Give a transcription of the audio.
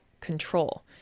control